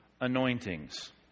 anointings